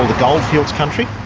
goldfields country,